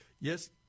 yes